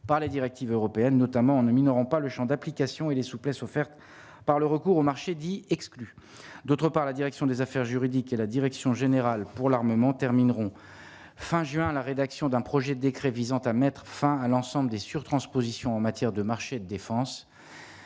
par les directives européennes, notamment en dominant rend pas le Champ d'application et les souplesses offertes par le recours aux marchés dits exclus, d'autre part, la direction des affaires juridiques et la direction générale pour l'armement termineront fin juin à la rédaction d'un projet décret visant à mettre fin à l'ensemble des sur-transpositions en matière de marchés de défense